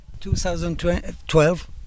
2012